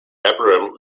abraham